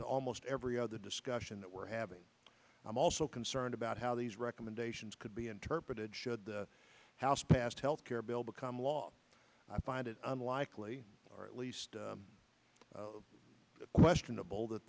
to almost every other discussion that we're having i'm also concerned about how these recommendations could be interpreted should the house passed health care bill become law i find it unlikely or at least questionable that